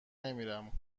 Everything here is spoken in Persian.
نمیرم